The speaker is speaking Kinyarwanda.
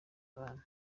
abantu